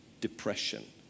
depression